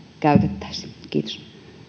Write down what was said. käytettäisi kiitos